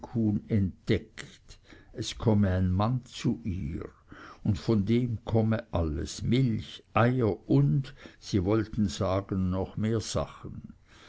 entdeckt es komme ein mann zu ihr und von dem komme alles milch eier und sie wollten sagen noch mehr sachen